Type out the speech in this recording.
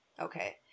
Okay